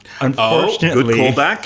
Unfortunately